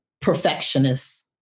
perfectionist